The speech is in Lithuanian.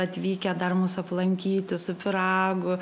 atvykę dar mus aplankyti su pyragu